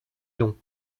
longs